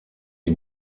die